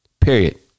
period